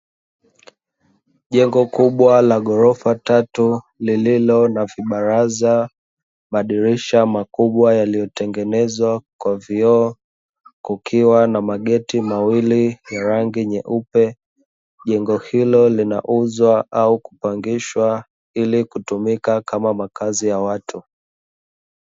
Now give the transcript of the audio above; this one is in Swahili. Jengo kubwa la gorofaa tatu lililo na vibaraza, madirisha makubwa yaliyotengenezwa kwa vioo kukiwa na mageti mawili ya rangi nyeupe. Jengo hilo linauzwa au kupangishwa ili kutumika kama kamazi ya watu.